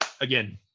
again